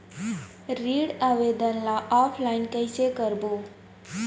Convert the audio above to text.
ऋण आवेदन ल ऑफलाइन कइसे भरबो?